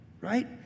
right